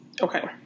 okay